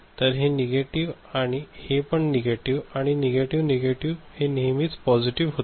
तर हे नेगेटिव्ह आणि हे पण नेगेटिव्ह आणि नेगेटिव्ह नेगेटिव्ह हे नेहमीच पॉसिटीव्ह होते